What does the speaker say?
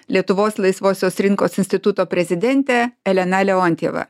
lietuvos laisvosios rinkos instituto prezidentė elena leontjeva